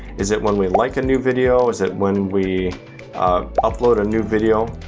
is it when we like a new video? is it when we upload a new video?